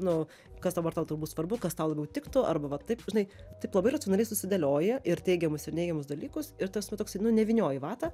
nu kas dabar tau turbūt svarbu kas tau labiau tiktų arba va taip žinai taip labai racionaliai susidėlioja ir teigiamus ir neigiamus dalykus ir tas nu toksai nu nevynioji į vatą